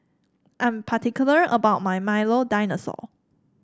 I'm particular about my Milo Dinosaur